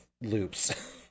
loops